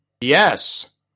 Yes